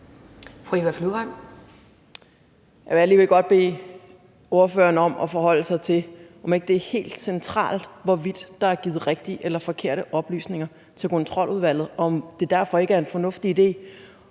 Flyvholm (EL): Jeg vil alligevel godt bede ordføreren om at forholde sig til, om ikke det er helt centralt, hvorvidt der er givet rigtige eller forkerte oplysninger til Kontroludvalget, og om det derfor ikke er en fornuftig idé